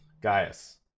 Gaius